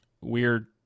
weird